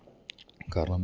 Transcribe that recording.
കാരണം